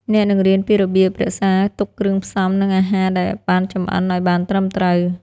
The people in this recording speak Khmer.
អ្នកនឹងរៀនពីរបៀបរក្សាទុកគ្រឿងផ្សំ និងអាហារដែលបានចម្អិនឱ្យបានត្រឹមត្រូវ។